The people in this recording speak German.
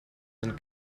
sind